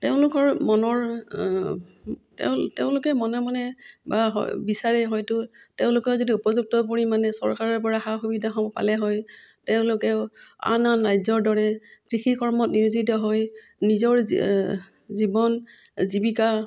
তেওঁলোকৰ মনৰ তেওঁ তেওঁলোকে মনে মনে বা বিচাৰে হয়তো তেওঁলোকে যদি উপযুক্ত পৰিমাণে চৰকাৰৰপৰা সা সুবিধাসমূহ পালে হয় তেওঁলোকেও আন আন ৰাজ্যৰ দৰে কৃষিকৰ্মত নিয়োজিত হৈ নিজৰ জীৱন জীৱিকা